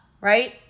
right